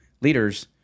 leaders